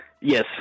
yes